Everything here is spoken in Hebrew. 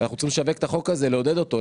אנחנו צריכים לשווק את החוק הזה לעודד אותו,